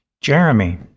Jeremy